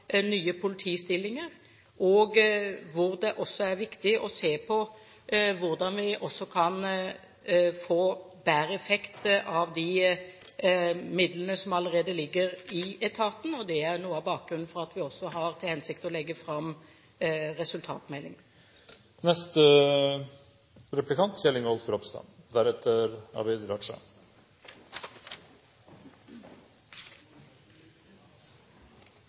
nye politistillinger, og det er også viktig å se på hvordan vi kan få bedre effekt av de midlene som allerede ligger i etaten. Det er også noe av bakgrunnen for at vi har til hensikt å legge fram